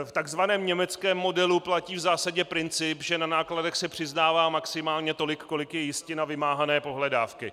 V tzv. německém modelu platí v zásadě princip, že na nákladech se přiznává maximálně tolik, kolik je jistina vymáhané pohledávky.